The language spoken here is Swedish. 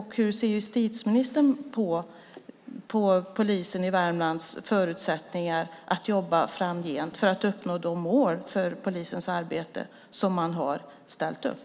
Hur ser justitieministern på Värmlandspolisens förutsättningar att jobba framgent för att uppnå de mål för polisens arbete som man har ställt upp?